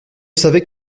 savait